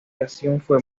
clasificación